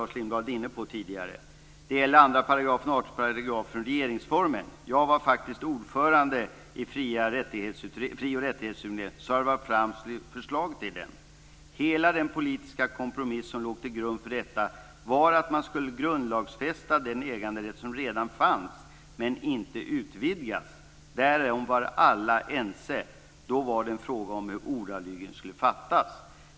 Carl Axel Petri säger: "Det gäller 2 kap. 18 § regeringsformen. Jag var faktiskt ordförande i Fri och rättighetsutredningen som lade fram förslag till den. Hela den politiska kompromiss som låg till grund för detta var att man skulle grundlagsfästa den äganderätt som redan fanns men inte utvidgades. Därom var alla ense. Då var det en fråga om hur ordalagen skulle avfattas."